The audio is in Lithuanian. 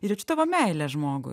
ir jaučiu tavo meilę žmogui